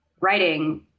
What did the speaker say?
writing